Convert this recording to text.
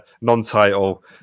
non-title